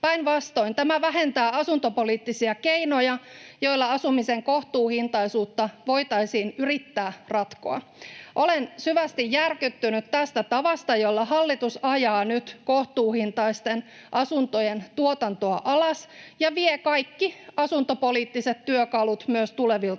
Päinvastoin tämä vähentää asuntopoliittisia keinoja, joilla asumisen kohtuuhintaisuutta voitaisiin yrittää ratkoa. Olen syvästi järkyttynyt tästä tavasta, jolla hallitus ajaa nyt kohtuuhintaisten asuntojen tuotantoa alas ja vie kaikki asuntopoliittiset työkalut myös tulevilta